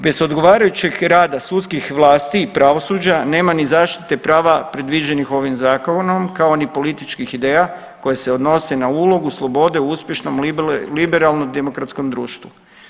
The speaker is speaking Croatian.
Bez odgovarajućeg rada sudskih vlasti i pravosuđa nema ni zaštite prava predviđenih ovim zakonom, kao ni političkih ideja koje se odnose na ulogu slobode u uspješnom liberalno demokratskom društvu.